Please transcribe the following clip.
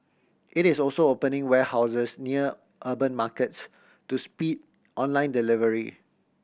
it is also opening warehouses near urban markets to speed online delivery